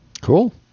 Cool